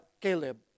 Caleb